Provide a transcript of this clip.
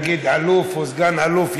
נגיד אלוף או סגן אלוף,